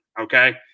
Okay